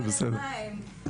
זה בסדר.